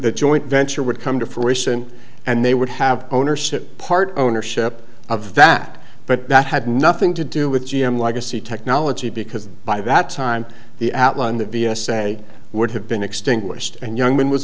the joint venture would come to fruition and they would have ownership part ownership of that but that had nothing to do with g m legacy technology because by that time the outline the vs a would have been extinguished and young men was